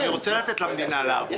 אני רוצה לתת למדינה לעבוד.